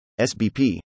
SBP